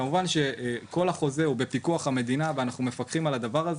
כמובן שכל החוזה הוא בפיקוח המדינה ואנחנו מפקחים על הדבר הזה.